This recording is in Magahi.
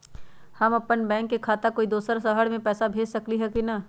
हम अपन बैंक खाता से कोई दोसर शहर में पैसा भेज सकली ह की न?